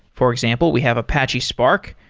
for example, we have apache spark.